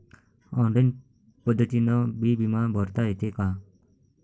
Online पद्धतीनं बी बिमा भरता येते का?